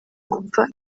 gupfa